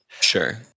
Sure